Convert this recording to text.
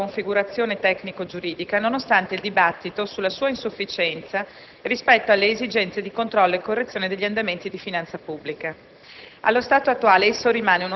ha mantenuto inalterata la propria configurazione tecnico-giuridica, nonostante il dibattito sulla sua insufficienza rispetto alle esigenze di controllo e correzione degli andamenti di finanza pubblica.